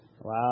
Wow